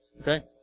Okay